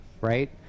right